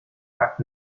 takt